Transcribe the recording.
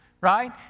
Right